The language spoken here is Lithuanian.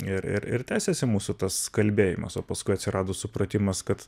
ir ir ir tęsiasi mūsų tas kalbėjimas o paskui atsirado supratimas kad